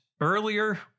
earlier